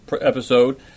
episode